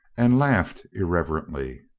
and laughed irrelevantly.